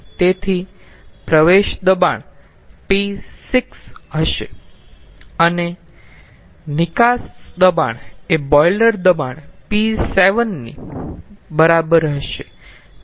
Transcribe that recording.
તેથી પ્રવેશ દબાણ p6 હશે અને નિકાસ દબાણ એ બોઈલર દબાણ p7 ની બરાબર હશે